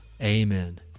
Amen